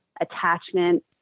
attachment